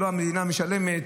ושלא המדינה משלמת.